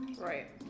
right